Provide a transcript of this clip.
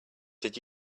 did